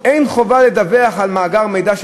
"אין חובה לדווח על מאגר מידע שנפרץ.